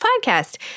podcast